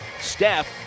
Steph